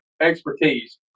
Expertise